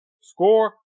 Score